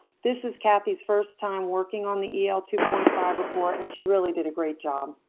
this is kathy's first time working on the el two point five report and she really did a great job.